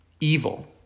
Evil